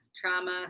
trauma